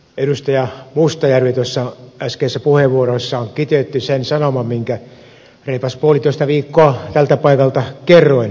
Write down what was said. edustaja mustajärvi tuossa äskeisessä puheenvuorossaan kiteytti sen sanoman minkä reipas puolitoista viikkoa sitten tältä paikalta kerroin